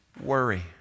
worry